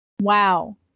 Wow